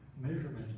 measurement